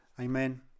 Amen